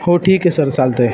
हो ठीक आहे सर चालतं आहे